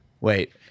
Wait